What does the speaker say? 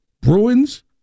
Bruins